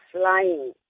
flying